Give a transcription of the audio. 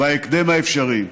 בהקדם האפשרי.